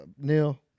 Neil